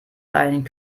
einen